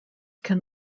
can